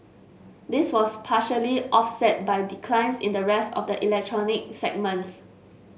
this was partially offset by declines in the rest of the electronic segments